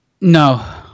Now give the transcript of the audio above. no